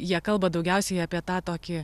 jie kalba daugiausiai apie tą tokį